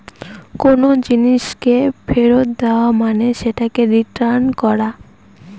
কোনো জিনিসকে ফেরত দেওয়া মানে সেটাকে রিটার্ন করা